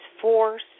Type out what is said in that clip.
force